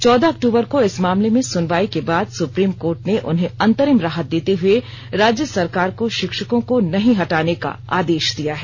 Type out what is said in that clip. चौदह अक्टूबर को इस मामले में सुनवाई के बाद सुप्रीम कोर्ट ने उन्हें अंतरिम राहत देते हुए राज्य सरकार को शिक्षकों को नहीं हटाने का आदेश दिया है